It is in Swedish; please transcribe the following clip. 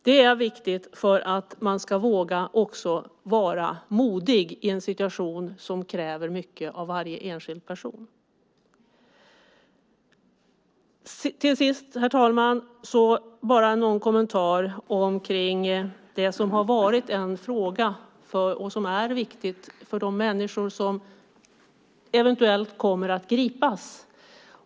Det är viktigt för att man ska våga vara modig i en situation som kräver mycket av varje enskild person. Herr talman! Till sist en kommentar angående de människor som eventuellt kommer att gripas.